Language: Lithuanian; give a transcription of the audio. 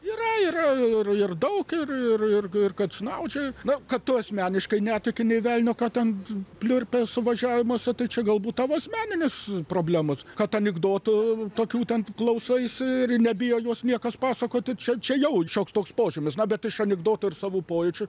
yra yra ir daug ir ir ir kad snaudžia na kad tu asmeniškai netiki nei velnio ką ten pliurpia suvažiavimuose tai čia galbūt tavo asmeninės problemos kad anekdotų tokių ten klausaisi ir nebijo juos niekas pasakoti čia čia jau šioks toks požymis na bet iš anekdotų ir savo pojūčių